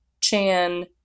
Chan